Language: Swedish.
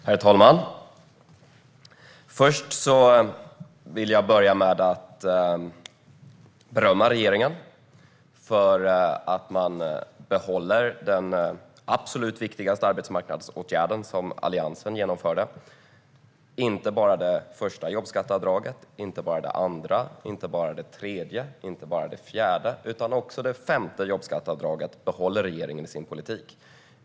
Herr talman! Jag vill börja med att berömma regeringen för att man behåller den absolut viktigaste arbetsmarknadsåtgärd som Alliansen genomförde: Inte bara det första jobbskatteavdraget utan alla fem jobbskatteavdragen behåller regeringen i sin politik.